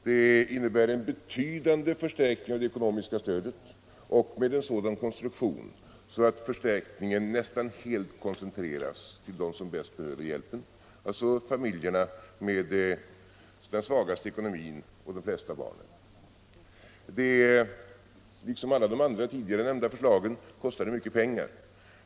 Det innebär en betydande förstärkning av det ekonomiska stödet och är konstruerat så att förstärkningen nästan helt koncentreras till dem som bäst behöver hjälpen, alltså familjerna med den svagaste ekonomin och de flesta barnen. Liksom alla de andra tidigare nämnda förslagen kostar det mycket pengar.